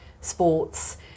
sports